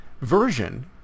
version